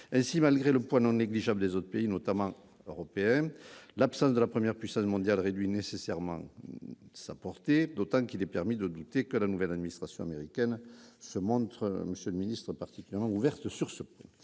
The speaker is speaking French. Ainsi, malgré le poids non négligeable des autres pays, notamment européens, l'absence de la première puissance mondiale réduit nécessairement la portée de l'accord, d'autant qu'il est permis de douter que la nouvelle administration américaine se montre particulièrement ouverte sur ce sujet